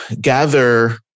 gather